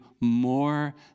more